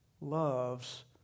loves